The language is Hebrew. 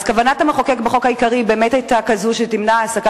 אז כוונת המחוקק בחוק העיקרי באמת היתה למנוע העסקה